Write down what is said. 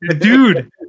Dude